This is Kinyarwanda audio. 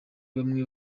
bamwe